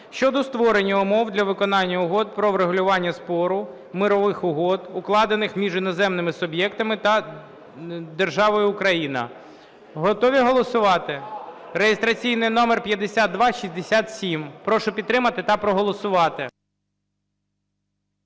щодо створення умов для виконання угод про врегулювання спору (мирових угод) укладених між іноземним суб'єктом та державою Україна. Готові голосувати? Реєстраційний номер 5267. Прошу підтримати та проголосувати.